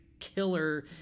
killer